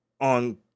on